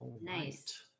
Nice